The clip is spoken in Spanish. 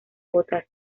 botas